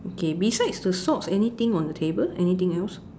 okay besides the socks anything on the table anything else